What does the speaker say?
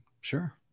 sure